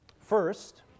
First